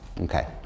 Okay